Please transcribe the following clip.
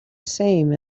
same